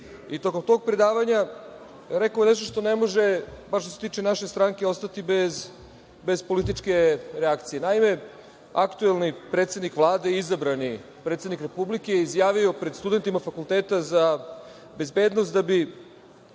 Tokom tog predavanja rekao je nešto što ne može, bar što se tiče naše stranke, ostati bez političke reakcije. Naime, aktuelni predsednik Vlade i izabrani predsednik Republike je izjavio pred studentima Fakulteta za bezbednost da bi